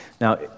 Now